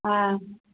अ